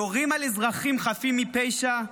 יורים על אזרחים חפים מפשע,